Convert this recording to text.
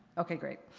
ok, great.